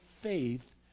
faith